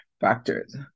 factors